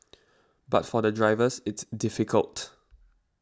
but for the drivers it's difficult